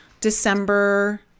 December